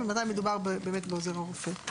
ומתי מדובר בעוזר הרופא.